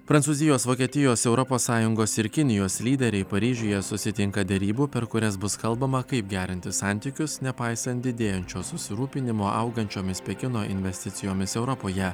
prancūzijos vokietijos europos sąjungos ir kinijos lyderiai paryžiuje susitinka derybų per kurias bus kalbama kaip gerinti santykius nepaisant didėjančio susirūpinimo augančiomis pekino investicijomis europoje